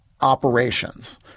operations